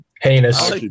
heinous